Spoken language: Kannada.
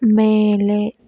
ಮೇಲೆ